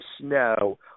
snow